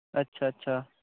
अच्छा अच्छा